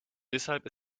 deshalb